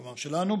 כלומר שלנו,